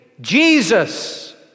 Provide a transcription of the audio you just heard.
Jesus